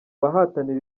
bahatanira